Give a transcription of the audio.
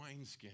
wineskins